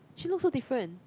she look so different